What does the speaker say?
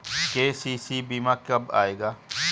KCC बीमा कब आएगा?